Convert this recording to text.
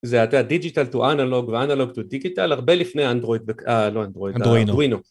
זה היתה דיגיטל to אנלוג ואנלוג to דיגיטל הרבה לפני אנדרואיד, לא אנדרואיד, אנדרואינו.